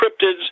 cryptids